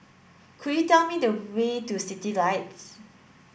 could you tell me the way to Citylights